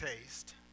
taste